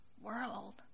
world